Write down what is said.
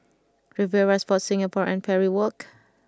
Riviera Sport Singapore and Parry Walk